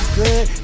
good